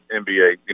NBA